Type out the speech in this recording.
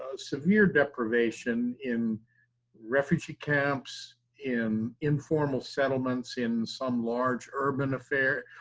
ah severe deprivation in refugee camps, in informal settlements, in some large urban affair,